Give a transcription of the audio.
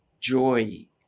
joy